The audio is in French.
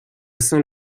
saint